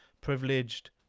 privileged